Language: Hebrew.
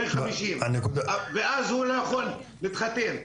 חמישים ואז הוא לא יכול להתחתן.